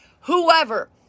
whoever